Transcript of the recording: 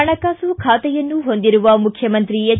ಹಣಕಾಸು ಖಾತೆಯನ್ನು ಹೊಂದಿರುವ ಮುಖ್ಯಮಂತ್ರಿ ಎಚ್